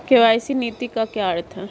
KYC नीति का क्या अर्थ है?